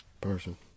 person